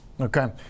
Okay